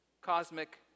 Cosmic